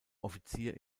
offizier